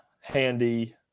Handy